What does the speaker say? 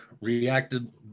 reacted